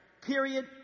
Period